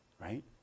Right